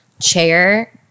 chair